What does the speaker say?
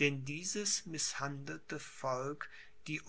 den dieses mißhandelte volk die